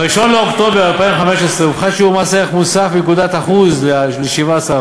ב-1 באוקטובר 2015 הופחת שיעור מס ערך מוסף בנקודת האחוז ל-17%.